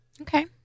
Okay